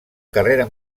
carrera